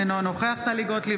אינו נוכח טלי גוטליב,